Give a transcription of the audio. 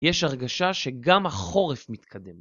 יש הרגשה שגם החורף מתקדם.